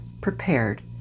prepared